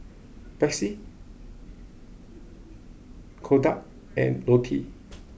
Betsy Kodak and Lotte